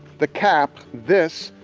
the cap, this,